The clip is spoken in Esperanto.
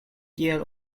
kiel